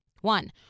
one